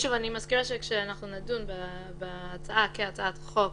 שוב אני מזכירה שכשאנחנו נדון בהצעה כהצעת חוק